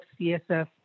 CSF